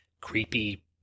creepy